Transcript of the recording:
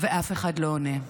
ואף אחד לא עונה.